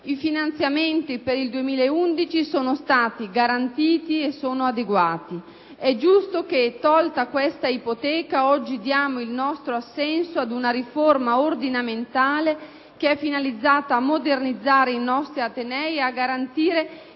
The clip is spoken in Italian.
i finanziamenti per il 2011 sono stati garantiti e sono adeguati. È giusto che, tolta questa ipoteca, oggi diamo il nostro assenso ad una riforma ordinamentale finalizzata a modernizzare i nostri atenei e a garantire